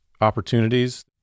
opportunities